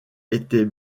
était